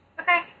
Okay